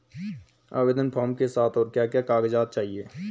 आवेदन फार्म के साथ और क्या क्या कागज़ात चाहिए?